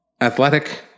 Athletic